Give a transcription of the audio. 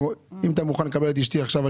אם אתה מוכן לקבל את אשתי עכשיו,